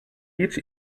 each